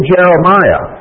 Jeremiah